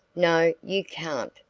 no, you can't,